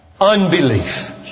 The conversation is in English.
unbelief